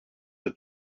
her